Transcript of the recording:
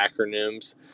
acronyms